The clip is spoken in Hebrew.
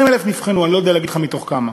20,000 נבחנו, אני לא יודע להגיד לך מתוך כמה.